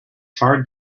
hard